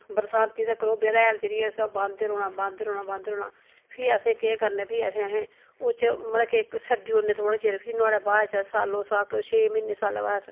बरसांती तक्क ओह् बरेहाल जेह्ड़ी ऐ असें बाहंदे रौहना बाहंदे रौह्ना बाहंदे रौह्ना फ्ही असें केह् करने फ्ही असें अहें मतल के छड्डी उड़ने थोह्ड़े चिर फिर नुआढ़े बाद च सालो साल कोई छे म्हीने साला दा अस